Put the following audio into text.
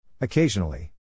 Occasionally